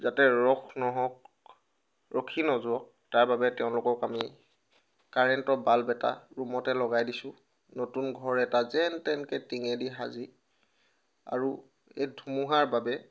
যাতে ৰস নহওঁক ৰখি নাযাওক তাৰ বাবে তেওঁলোকক আমি কাৰেণ্টৰ বাল্ব এটা ৰুমতে লগাই দিছোঁ নতুন ঘৰ এটা যেন তেনকৈ টিঙেদি সাজি আৰু এই ধুমুহাৰ বাবে